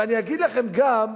ואני אגיד לכם גם,